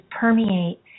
permeate